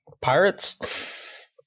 Pirates